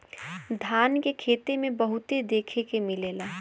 धान के खेते में बहुते देखे के मिलेला